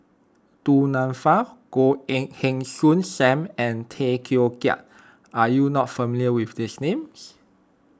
Du Nanfa Goh Heng Soon Sam and Tay Teow Kiat are you not familiar with these names